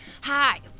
Hi